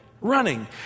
running